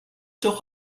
doch